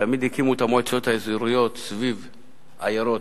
תמיד הקימו את המועצות האזוריות סביב עיירות,